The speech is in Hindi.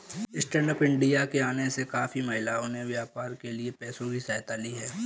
स्टैन्डअप इंडिया के आने से काफी महिलाओं ने व्यापार के लिए पैसों की सहायता ली है